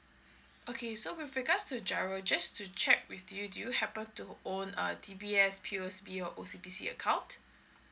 okay so with regards to giro just to check with you do you happen to own a D_B_S P_O_S_B or O_C_B_C account